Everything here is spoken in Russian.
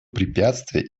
препятствия